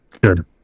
Good